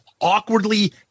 awkwardly